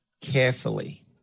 carefully